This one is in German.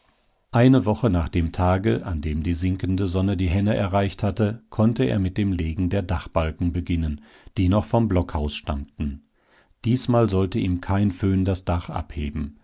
eine woche nach dem tage an dem die sinkende sonne die henne erreicht hatte konnte er mit dem legen der dachbalken beginnen die noch vom blockhaus stammten diesmal sollte ihm kein föhn das dach abheben